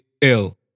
ill